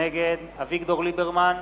נגד אביגדור ליברמן,